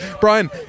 Brian